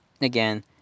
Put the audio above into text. again